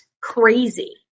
crazy